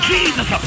Jesus